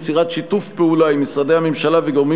יצירת שיתוף פעולה עם משרדי הממשלה וגורמים